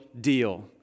deal